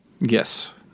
Yes